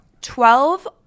Twelve